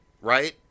right